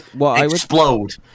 explode